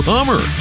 Hummer